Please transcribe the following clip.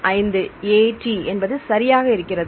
05 AT என்பது சரியாக இருக்கிறது